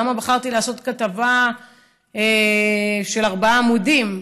למה בחרתי לעשות כתבה של ארבעה עמודים.